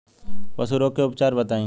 पशु रोग के उपचार बताई?